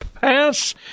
pass